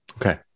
Okay